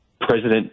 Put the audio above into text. President